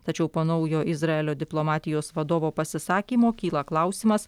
tačiau po naujo izraelio diplomatijos vadovo pasisakymo kyla klausimas